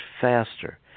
faster